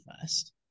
first